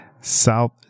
South